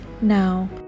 now